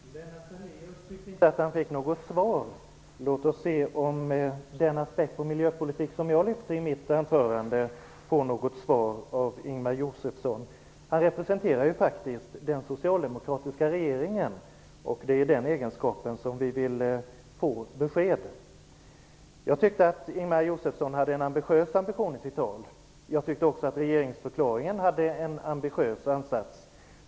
Herr talman! Lennart Daléus tyckte inte att han fick något svar. Låt oss se om den aspekt på miljöpolitik som jag tog upp i mitt anförande får något svar från Ingemar Josefsson. Han representerar ju faktiskt den socialdemokratiska regeringen, och vi vill få besked från honom i denna hans egenskap. Jag tyckte att Ingemar Josefsson hade en ambitiös inriktning i sitt tal. Jag tyckte också att regeringsförklaringen hade en ambitiös ansats.